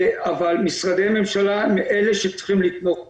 אבל משרדי הממשלה הם אלה שצריכים לתמוך בהן.